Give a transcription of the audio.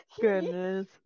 goodness